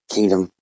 Kingdom